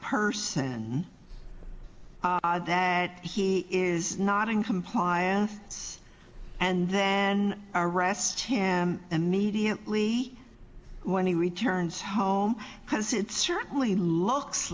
person that he is not in compliance and then arrest him immediately when he returns home because it certainly looks